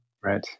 right